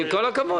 כל הכבוד.